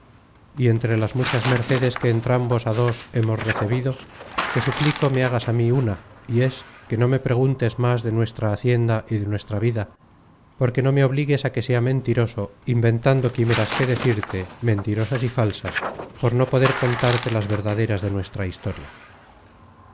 y entre las muchas mercedes que entrambos á dos hemos recebido te suplico me hagas á mí una y es que no me preguntes más de nuestra hacienda y de nuestra vida porque no me obligues á que sea mentiroso inventando quimeras que decirte mentirosas y falsas por no poder contarte las verdaderas de nuestra historia